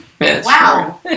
Wow